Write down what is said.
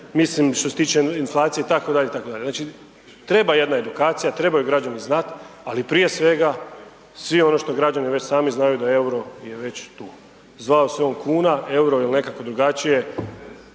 mislim što se tiče inflacije itd., itd., znači treba jedna edukacija, trebaju građani znat, ali prije svega svi ono što građani već sami znaju da EUR-o je već tu, zvao se on kuna, EUR-o il nekako drugačije